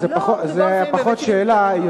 זה פחות שאלה.